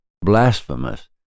blasphemous